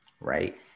right